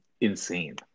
insane